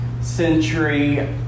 century